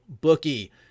Bookie